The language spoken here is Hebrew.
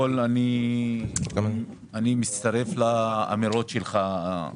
קודם כל אני מצטרף לאמירות שלך,